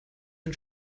den